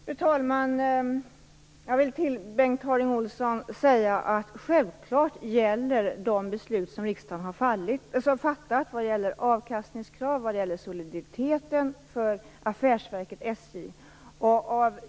Fru talman! Jag vill säga till Bengt Harding Olson att de beslut riksdagen har fattat när det gäller avkastningskrav och soliditet för affärsverket SJ självklart gäller.